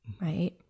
right